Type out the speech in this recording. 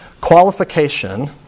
qualification